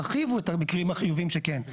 תרחיבו את המקרים החיובים שכן,